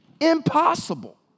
Impossible